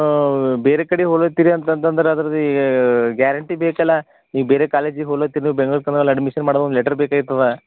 ಬೇರೆ ಕಡೆ ಹೋಗ್ಲತ್ತಿರಿ ಅಂತಂತಂದ್ರ ಅದ್ರದಿ ಗ್ಯಾರಂಟಿ ಬೇಕಲ್ಲಾ ನೀ ಬೇರೆ ಕಾಲೇಜಿಗೆ ಹೋಗ್ಲತ್ತಿರ ಬೆಂಗ್ಳೂರು ಕಾಲೇಜಲ್ಲಿ ಅಡ್ಮಿಷನ್ ಮಾಡೋದು ಒಂದು ಲೆಟರ್ ಬೇಕಾಯ್ತದ